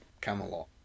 Camelot